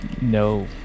No